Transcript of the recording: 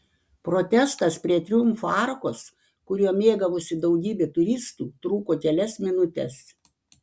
protestas prie triumfo arkos kuriuo mėgavosi daugybė turistų truko kelias minutes